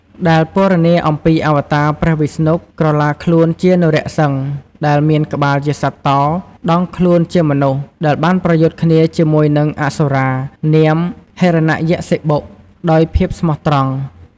ដែលពណ៌នាអំពី អាវតា ព្រះវិស្ណុ ក្រឡាខ្លួនជា នរ:សិង្ហ ដែលមានក្បាលជា សត្វតោ ដងខ្លួនជាមនុស្សដែលបានប្រយុទ្ធគ្នាជាមួយនិង អាសុរានាម "ហិរណយក្សសិបុ" ដោយភាពស្មោះត្រង់ ។